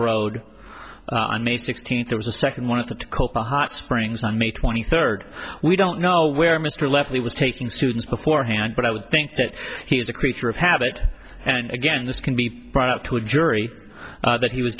road on may sixteenth there was a second one of the to copa hot springs on may twenty third we don't know where mr lepley was taking students beforehand but i would think that he is a creature of habit and again this can be brought up to a jury that he was